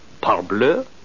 Parbleu